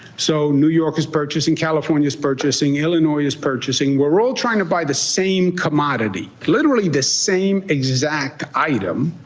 so new york is purchasing. california's purchasing. illinois is purchasing. we're all trying to buy the same commodity literally the same exact item.